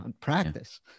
practice